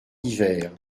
divers